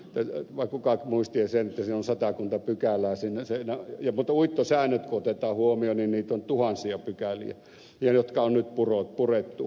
huovinen vai kuka muisti sen että siinä on satakunta pykälää mutta kun uittosäännöt otetaan huomioon niin niitä on tuhansia pykäliä jotka on nyt purettu